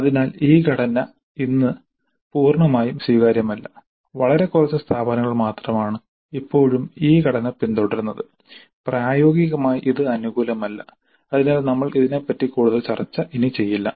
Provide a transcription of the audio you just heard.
അതിനാൽ ഈ ഘടന ഇന്ന് പൂർണമായും സ്വീകാര്യമല്ല വളരെ കുറച്ച് സ്ഥാപനങ്ങൾ മാത്രമാണ് ഇപ്പോഴും ഈ ഘടന പിന്തുടരുന്നത് പ്രായോഗികമായി ഇത് അനുകൂലമല്ല അതിനാൽ നമ്മൾ ഇതിനെപറ്റി കൂടുതൽ ചർച്ച ഇനി ചെയ്യില്ല